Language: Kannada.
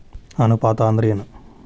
ಅನುಪಾತ ಅಂದ್ರ ಏನ್?